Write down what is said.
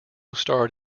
starred